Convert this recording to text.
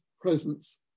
presence